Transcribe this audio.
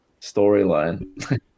storyline